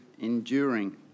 enduring